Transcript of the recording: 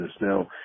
Now